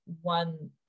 one